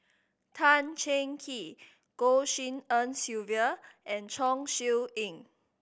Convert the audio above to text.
Tan Cheng Kee Goh Tshin En Sylvia and Chong Siew Ying